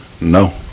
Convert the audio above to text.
No